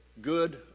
good